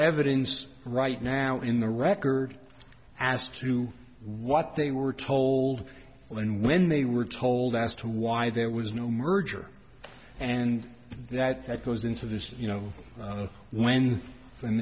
evidence right now in the record as to what they were told and when they were told as to why there was no merger and that that goes into this you know when